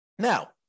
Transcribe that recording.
Now